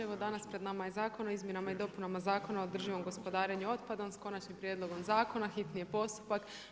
Evo danas pred nama je Zakon o izmjenama i dopunama Zakona o održivom gospodarenju otpadom, s Konačnim prijedlogom Zakona, hitni je postupak.